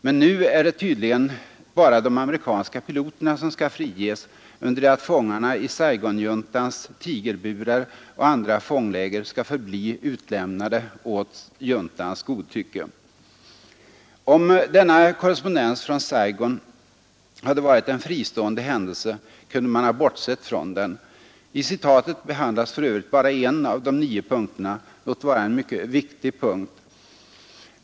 Men nu är det tydligen bara de amerikanska piloterna som skall friges under det att de vietnamesiska fångarna i Saigonjuntans tigerburar och andra fångläger skall fortsätta att vara utlämnade åt juntans godtycke. Om denna korrespondens från Saigon hade varit en fristående händelse, kunde man ha bortsett från den. I citatet behandlas för övrigt bara en av de nio punkterna, låt vara en mycket viktig punkt.